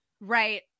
Right